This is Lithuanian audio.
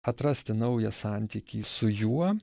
atrasti naują santykį su juo